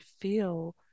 feel